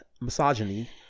misogyny